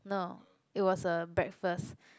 no it was a breakfast